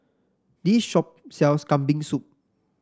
this shop sells Kambing Soup